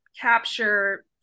capture